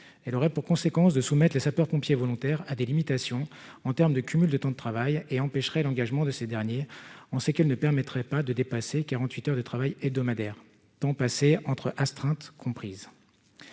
elle aurait pour conséquence de soumettre les sapeurs-pompiers volontaires à des limitations en terme de cumul de temps de travail et empêcherait l'engagement de ces derniers, on sait qu'elle ne permettrait pas de dépasser 48 heures de travail hebdomadaire, temps passé entre astreintes comprises,